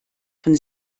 von